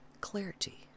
clarity